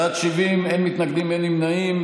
בעד, 70, אין מתנגדים ואין נמנעים.